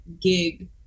gig